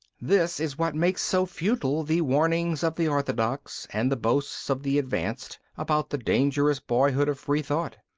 this is what makes so futile the warnings of the orthodox and the boasts of the advanced about the dangerous boyhood of free thought.